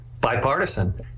bipartisan